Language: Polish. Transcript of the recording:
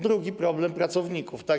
Drugi problem: pracownicy.